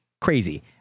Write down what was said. crazy